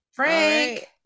Frank